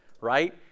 right